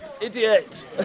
Idiot